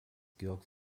georg